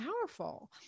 powerful